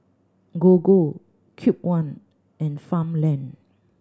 Gogo Cube One and Farmland